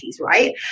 right